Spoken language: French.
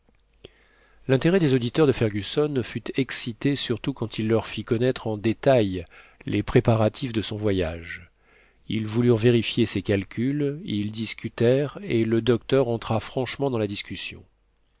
l'intérêt des auditeurs de fergusson fut excité surtout quand il leur fit connaître en détail les préparatifs de son voyage ils voulurent vérifier ses calculs ils discutèrent et le docteur entra franchement dans la discussion